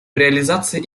реализации